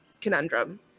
conundrum